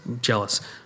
jealous